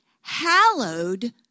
hallowed